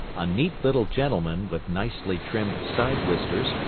a neat little gentleman with nicely trimmed side-whiskers,